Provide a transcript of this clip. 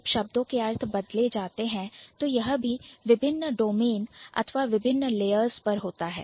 जब शब्दों के अर्थ बदले जाते हैं तो यह भी विभिन्न Domain डोमेन अथवा विभिन्न Layers लेयर्स पर होता है